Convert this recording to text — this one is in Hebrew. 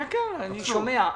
כן, אני שומע.